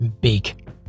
big